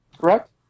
Correct